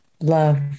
love